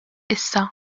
issa